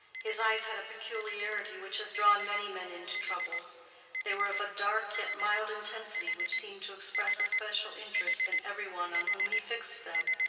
his eyes had a peculiarity which has drawn many men into trouble they were of a dark yet mild intensity which seemed to express a special interest in every one on whom he fixed them,